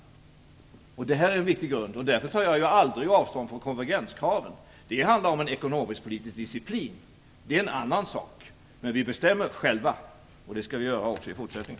Det är en viktig grund. Därför tar jag aldrig avstånd från konvergenskraven. Det handlar om en ekonomiskpolitisk disciplin. Det är en annan sak. Men vi bestämmer själva, och det skall vi göra också i fortsättningen.